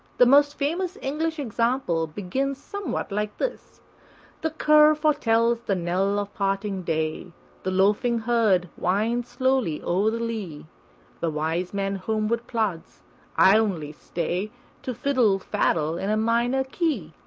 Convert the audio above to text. the most famous english example begins somewhat like this the cur foretells the knell of parting day the loafing herd winds slowly o'er the lea the wise man homeward plods i only stay to fiddle-faddle in a minor key.